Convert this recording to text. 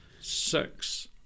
six